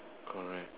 alright